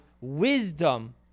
wisdom